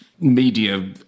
media